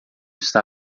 está